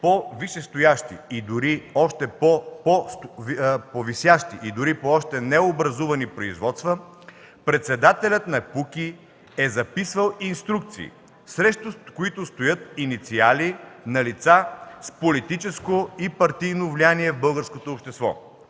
от което е видно, че по висящи и дори по още необразувани производства председателят на КПУКИ е записвал „инструкции”, срещу които стоят инициали на лица с политическо и партийно влияние в българското общество